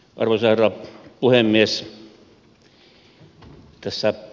arvoisa herra puhemies